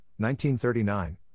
1939